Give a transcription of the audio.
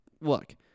look